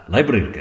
Library